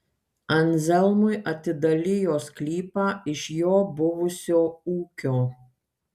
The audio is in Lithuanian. anzelmui atidalijo sklypą iš jo buvusio ūkio